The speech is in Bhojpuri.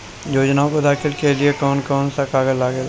योजनाओ के दाखिले के लिए कौउन कौउन सा कागज लगेला?